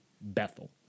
Bethel